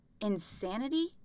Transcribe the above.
insanity